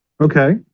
Okay